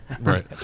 Right